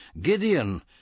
Gideon